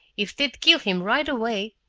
if they'd killed him right away